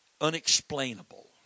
unexplainable